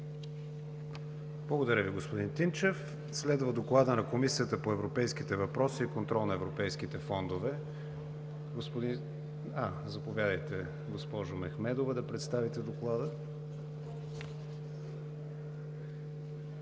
Благодаря Ви, господин Тинчев. Следва Докладът на Комисията по европейските въпроси и контрол на европейските фондове. Заповядайте, госпожо Мехмедова, да представите Доклада.